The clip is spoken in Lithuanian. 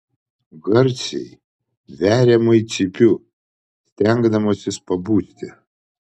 garsiai veriamai cypiu stengdamasis pabusti